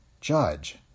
Judge